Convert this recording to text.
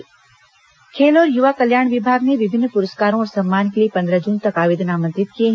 राज्य पुरस्कार आवेदन खेल और युवा कल्याण विभाग ने विभिन्न पुरस्कारों और सम्मान के लिए पंद्रह जून तक आवेदन आमंत्रित किए हैं